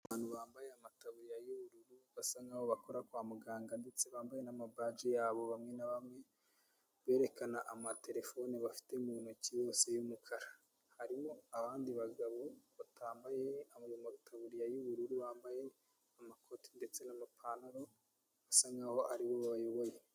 Abantu bambaye amataburiya y'ubururu basa nkaho bakora kwa muganga ndetse bambaye n'amabaji yabo bamwe na bamwe, berekana amatelefone bafite mu ntoki yose y'umukara. Harimo abandi bagabo batambaye ayo mataburiya y'ubururu, bambaye amakoti ndetse n'amapantaro, bisa nkaho ari bo bayoboye.